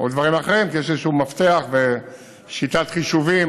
או דברים אחרים, כי יש איזשהו מפתח ושיטת חישובים.